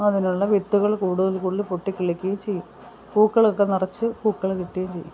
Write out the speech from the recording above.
അതിനുള്ള വിത്തുകൾ കൂടുതൽ കൂടുതൽ പൊട്ടി കിളിക്കയും ചെയ്യും പൂക്കളൊക്കെ നിറച്ച് പൂക്കൾ കിട്ടുകേം ചെയ്യും